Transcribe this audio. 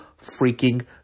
freaking